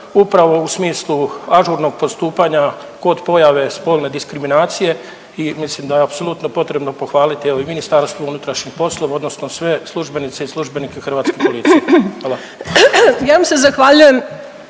upravo u smislu ažurnog postupanja kod pojave spolne diskriminacije i mislim da je apsolutno potrebno pohvaliti, evo i Ministarstvo unutrašnjih poslova, odnosno sve službenice i službenike hrvatske policije. Hvala.